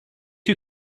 you